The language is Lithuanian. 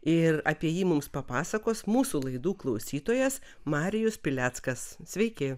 ir apie jį mums papasakos mūsų laidų klausytojas marijus pileckas sveiki